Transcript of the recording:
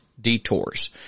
detours